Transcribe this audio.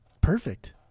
perfect